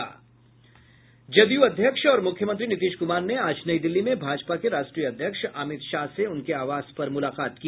जदयू अध्यक्ष और मुख्यमंत्री नीतीश कुमार ने आज नई दिल्ली में भाजपा के राष्ट्रीय अध्यक्ष अमित शाह से उनके आवास पर मुलाकात की